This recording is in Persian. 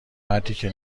مرتیکه